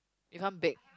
you can't bake